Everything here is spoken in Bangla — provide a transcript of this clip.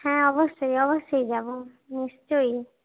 হ্যাঁ অবশ্যই অবশ্যই যাব নিশ্চয়ই